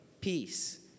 peace